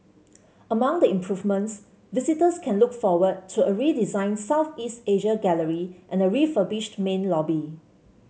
among the improvements visitors can look forward to a redesigned Southeast Asia gallery and a refurbished main lobby